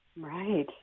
Right